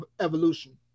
Evolution